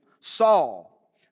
Saul